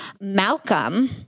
Malcolm